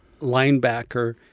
linebacker